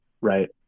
right